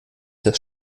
das